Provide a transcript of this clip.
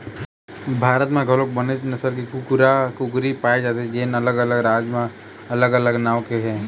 भारत म घलोक बनेच नसल के कुकरा, कुकरी पाए जाथे जेन अलग अलग राज म अलग अलग नांव के हे